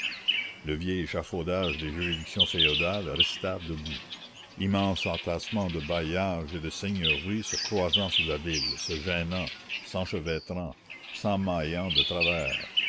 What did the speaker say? le vieil échafaudage des juridictions féodales resta debout immense entassement de bailliages et de seigneuries se croisant sur la ville se gênant s'enchevêtrant s'emmaillant de travers